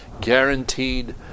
Guaranteed